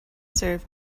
serve